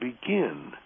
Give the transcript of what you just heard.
begin